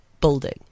building